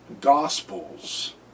Gospels